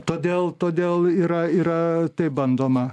todėl todėl yra yra taip bandoma